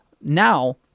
Now